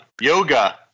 Yoga